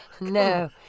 no